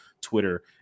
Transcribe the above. Twitter